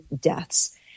deaths